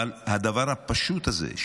אבל הדבר הפשוט הזה,